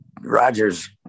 Rogers